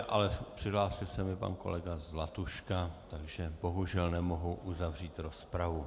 Ale přihlásil se mi pan kolega Zlatuška, takže bohužel nemohu uzavřít rozpravu.